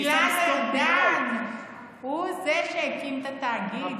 גלעד ארדן הוא זה שהקים את התאגיד.